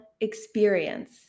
experience